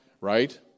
right